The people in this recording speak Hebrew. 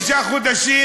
לא, לא, לא מוסיף.